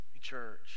Church